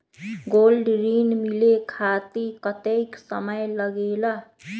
Gold ऋण मिले खातीर कतेइक समय लगेला?